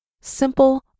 Simple